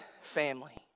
family